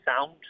sound